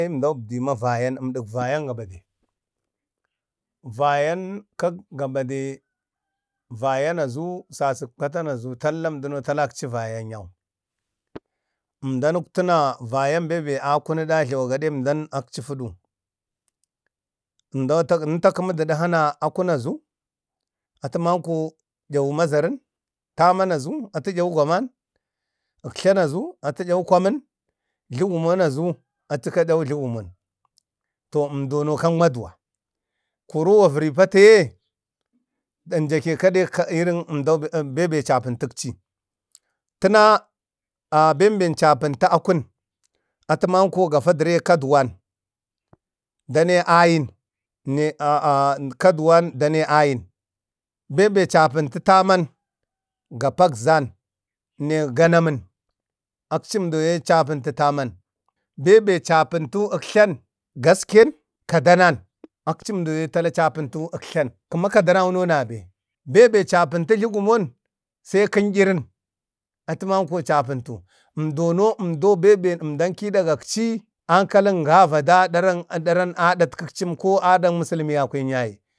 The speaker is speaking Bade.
ayuzmdau əbdiyu ma vayan əmdak vayam ga bade, vayan kak ga bade, vayan azu sasək patan azu tallam duno talakci vayan, zmdan ukutəna vayan bemben jlawaga dan emdam akunuɗa akchi fudu, nə takəma dukhana akun na azu, atəmanko yawu mazarən, taman azu atu yawu gwaman, jluguman azu atu'yawu jlugumon. To əmdono kan maduwa. koro wa vəri pataye dəng jakeka an irin bembe chapəntəkchi. Təna benben chapantu akun, atəmanko dəre kaduwan, dane ayin, nene kaduwan dane ayim benben chapantu təman, gapagzam ne ganamən. Akchəmdoye chapantu taman. Bembe chapəntu əktlan gasken, kadanan, akchəmdo ye chapəntu aktlan. Kəma kadau no nabe. benben chapəntu jlugumon sai kənyərən, atəmanko chapəntu zmdono bembe əmdan kidagakchi ankalan ga rada, daran-daran adatkəkchəm ko adak məsəlmiyakwen yaye.